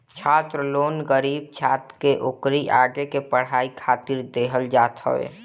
छात्र लोन गरीब छात्र के ओकरी आगे के पढ़ाई खातिर देहल जात हवे